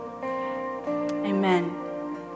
Amen